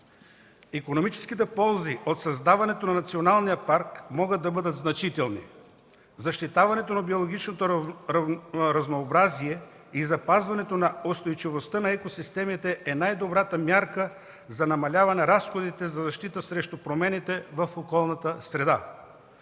Икономическите ползи от създаването на националния парк могат да бъдат значителни. Защитаването на биологичното разнообразие и запазването на устойчивостта на екосистемите е най добрата мярка за намаляване разходите за защита срещу промените в околната среда.